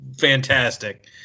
fantastic